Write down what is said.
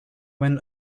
went